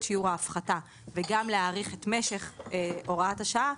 שיעור ההפחתה וגם להאריך את משך הוראת השעה,